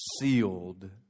sealed